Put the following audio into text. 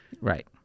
right